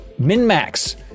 Minmax